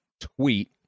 tweet